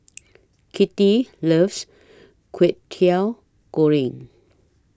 Kitty loves Kwetiau Goreng